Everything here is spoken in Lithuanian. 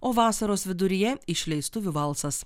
o vasaros viduryje išleistuvių valsas